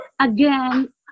again